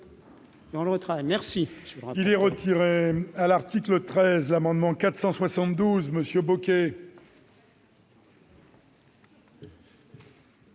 Merci